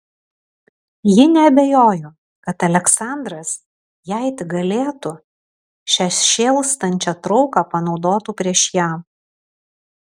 ji neabejojo kad aleksandras jei tik galėtų šią šėlstančią trauką panaudotų prieš ją